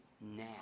now